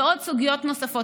ועוד סוגיות נוספות.